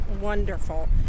wonderful